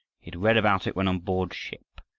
had read about it when on board ship,